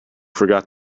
forgot